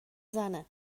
زنه